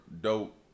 dope